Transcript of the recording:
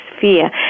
fear